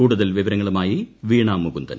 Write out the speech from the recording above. കൂടുതൽ വിവരങ്ങളുമായി വീണ മുകുന്ദൻ